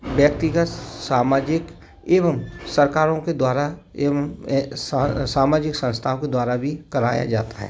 व्यक्तिगत सामाजिक एवं सरकारों के द्वारा एवं सामाजिक संस्थाओं के द्वारा भी कराया जाता है